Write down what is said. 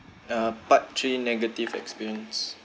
uh part three negative experience